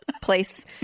place